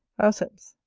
auceps.